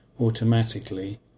automatically